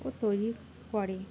ও তৈরি করে